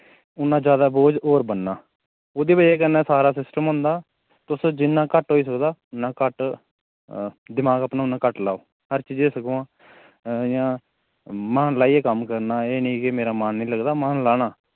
उ'न्ना ज्यादा बोझ और बनना ओह्दी वजह कन्नै सारा सिस्टम होंदा तुस जिन्ना घट होई सकदा उ'न्ना घट दिमाग अपना उ'न्ना घट लाओ हर चीजें सगोआं इ'य्यां मन लाइयै कम्म करना एह् नी के मेरा मन नी लगदा मन लाना